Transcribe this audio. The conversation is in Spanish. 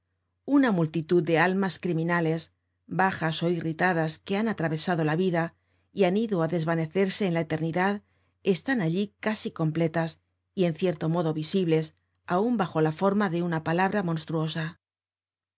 una multitud de almas criminales bajas ó irritadas que han atravesado la vida y han ido á desvanecerse en la eternidad están allí casi completas y en cierto modo visibles aun bajo la forma de una palabra monstruosa